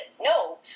no